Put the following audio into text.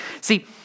See